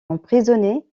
emprisonné